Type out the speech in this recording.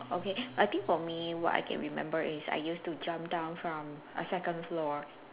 okay I think for me what I can remember is I used to jump down from a second floor